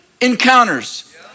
encounters